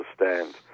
understand